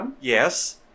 Yes